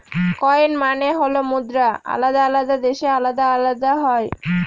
coin মানে হল মুদ্রা আলাদা আলাদা দেশে আলাদা আলাদা হয়